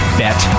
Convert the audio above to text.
bet